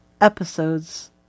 episodes